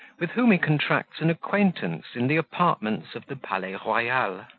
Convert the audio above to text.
with whom he contracts an acquaintance in the apartments of the palais royal.